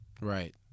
Right